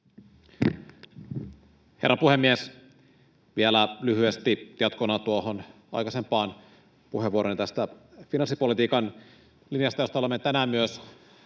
Herra puhemies! Vielä lyhyesti jatkona tuohon aikaisempaan puheenvuorooni tästä finanssipolitiikan linjasta, josta olemme tänään myös